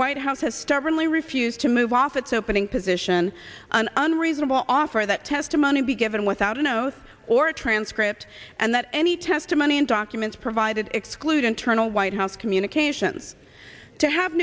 white house has stubbornly refused to move off its opening position an unreasonable offer that testimony be given without an oath or a transcript and that any testimony in documents provided exclude internal white house communications to have